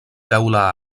teula